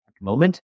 moment